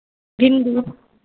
भिंडी